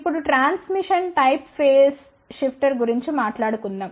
ఇప్పుడు transmission type phase shifter గురించి మాట్లాడుదాం